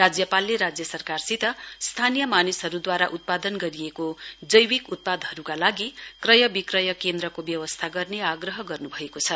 राज्यपालले राज्य सरकारसित स्थानीय मानिसहरूद्वारा उत्पादन गरिएको जैविक उत्पादहरूका लागि क्रयविक्रय केन्द्रको व्यवस्था गर्ने आग्र गर्नुभएको छ